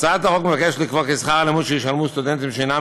בהצעת החוק מוצע לקבוע כי שכר הלימוד שישלמו סטודנטים שאינם